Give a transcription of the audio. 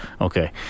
okay